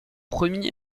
premiers